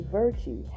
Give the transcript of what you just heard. virtue